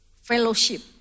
fellowship